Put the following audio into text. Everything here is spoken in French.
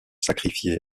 sacrifiés